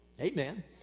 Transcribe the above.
Amen